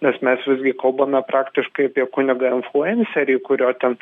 nes mes visgi kalbame praktiškai apie kunigą influencerį kurio ten